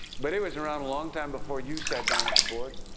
but it was around a long time before you sat down at the board